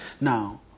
Now